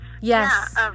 yes